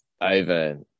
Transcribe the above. over